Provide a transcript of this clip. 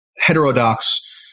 heterodox